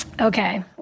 Okay